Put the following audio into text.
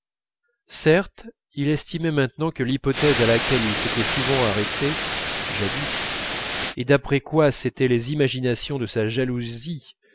certes il estimait maintenant que l'hypothèse à laquelle il s'était souvent arrêté jadis et d'après quoi c'étaient les imaginations de sa jalousie